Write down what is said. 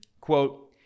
quote